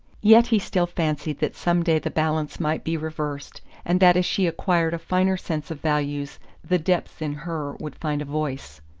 yet he still fancied that some day the balance might be reversed, and that as she acquired a finer sense of values the depths in her would find a voice.